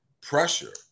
pressure